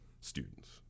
students